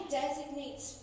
designates